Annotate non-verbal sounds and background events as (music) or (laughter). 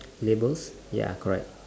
(noise) labels ya correct